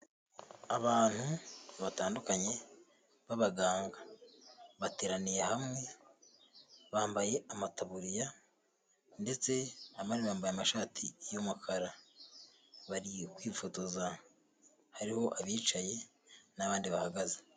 Abantu batandukanye b'abaganga. Bateraniye hamwe, bambaye amataburiya ndetse na bamwe bambaye amashati y'umukara. Bari kwifotoza, hariho abicaye n'abandi bahagaze.